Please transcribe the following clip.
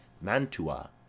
Mantua